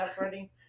ready